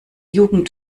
jugend